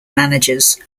managers